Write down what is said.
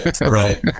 Right